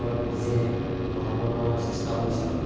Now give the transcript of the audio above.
ঘৰত নিজে বনাবৰ কাৰণে চেষ্টা কৰিছিলোঁ